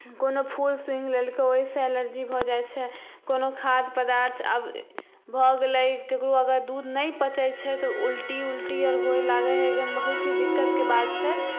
कोनो फूल सुंघि लेलकै ओहिसे एलर्जी भऽ जाइ छै कोनो खाद्य पदार्थ अगर भऽ गेलै केकरो अगर दुध नहि पचै छै तऽ उलटी उलटी आर होय लागऽ हइ ई कनि बहुत ही दिक्कतके बात छै